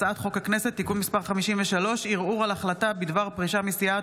הצעת חוק הכנסת (תיקון מס' 53) (ערעור על החלטה בדבר פרישה מסיעה),